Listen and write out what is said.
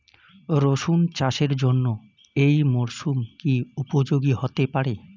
রসুন চাষের জন্য এই মরসুম কি উপযোগী হতে পারে?